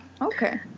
Okay